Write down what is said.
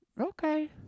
Okay